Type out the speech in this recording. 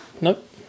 Nope